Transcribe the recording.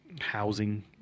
Housing